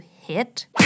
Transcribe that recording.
hit